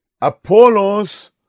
Apollos